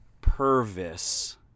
Purvis